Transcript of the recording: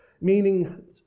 meaning